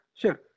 sure